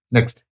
Next